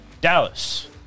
Dallas